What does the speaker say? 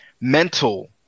mental